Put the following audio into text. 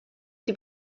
die